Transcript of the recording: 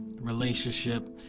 Relationship